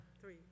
Three